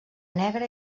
negra